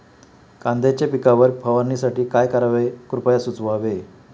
कांद्यांच्या पिकावर फवारणीसाठी काय करावे कृपया सुचवावे